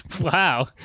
Wow